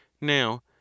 Now